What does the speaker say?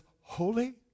holy